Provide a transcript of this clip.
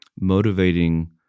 motivating